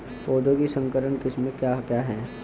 पौधों की संकर किस्में क्या क्या हैं?